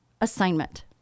assignment